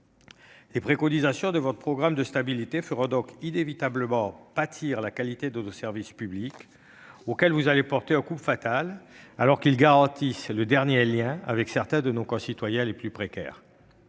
Les préconisations de votre programme de stabilité feront donc inévitablement pâtir la qualité du service public, auquel vous allez porter un coup fatal, alors qu'il garantit le dernier lien avec certains de nos concitoyens les plus précaires.